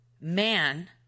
man